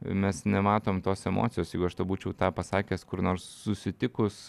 mes nematom tos emocijos jeigu aš tau būčiau tą pasakęs kur nors susitikus